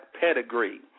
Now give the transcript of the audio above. pedigree